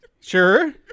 Sure